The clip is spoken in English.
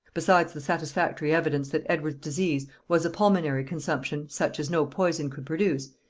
besides the satisfactory evidence that edward's disease was a pulmonary consumption, such as no poison could produce,